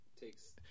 takes